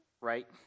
right